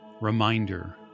reminder